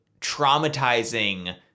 traumatizing